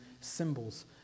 symbols